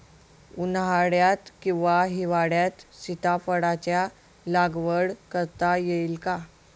उन्हाळ्यात किंवा हिवाळ्यात सीताफळाच्या लागवड करता येईल का?